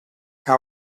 how